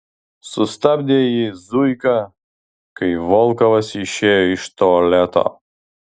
sustabdė jį zuika kai volkovas išėjo iš tualeto